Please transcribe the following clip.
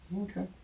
Okay